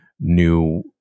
new